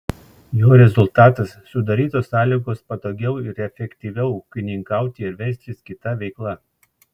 jo rezultatas sudarytos sąlygos patogiau ir efektyviau ūkininkauti ir verstis kita veikla